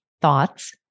thoughts